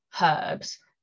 herbs